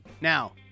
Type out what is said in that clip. Now